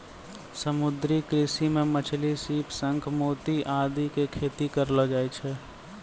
समुद्री कृषि मॅ मछली, सीप, शंख, मोती आदि के खेती करलो जाय छै